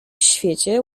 świecie